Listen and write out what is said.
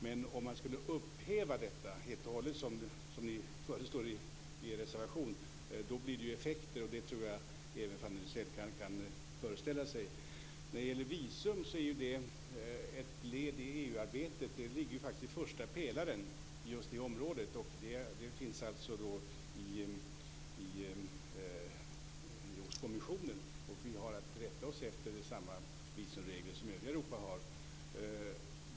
Men om detta skulle upphävas helt och hållet, som ni föreslår i er reservation, då blir det ju effekter, och det tror jag att även Fanny Rizell kan föreställa sig. Frågan om visum är ju ett led i EU-arbetet. Det området ligger i första pelaren, som alltså ligger hos kommissionen. Vi har att rätta oss efter samma visumregler som övriga Europa har.